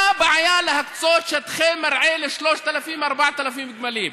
מה הבעיה להקצות שטחי מרעה ל-3,000 4,000 גמלים?